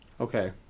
Okay